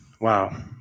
Wow